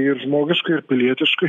ir žmogiškai ir pilietiškai